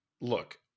look